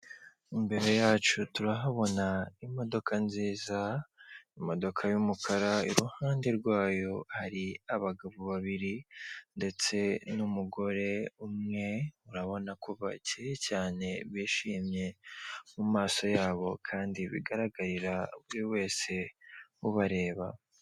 Imbere yacu turahabona imodoka nziza, imodoka y'umukara, iruhande rwayo hari abagabo babiri ndetse n'umugore umwe, urabona ko bakeye cyane bishimye mu mumaso yabo, kandi bigaragarira buri wese ubareba.